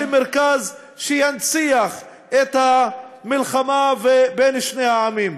והקמת מרכז שינציח את המלחמה בין שני העמים.